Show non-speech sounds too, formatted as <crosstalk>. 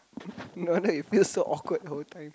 <laughs> no wonder you feel so awkward all time